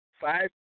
five